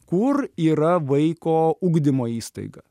kur yra vaiko ugdymo įstaiga